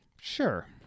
Sure